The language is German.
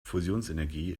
fusionsenergie